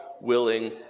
willing